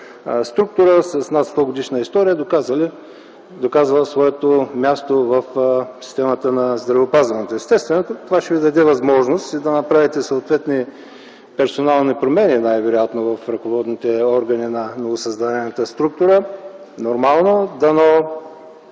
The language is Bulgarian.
структура с над 100-годишна история, доказала своето място в системата на здравеопазването. Естествено, това ще даде възможност да направите съответни персонални промени най-вероятно в ръководните органи на новосъздадената структура. Нормално е.